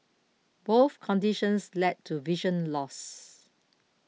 both conditions led to vision loss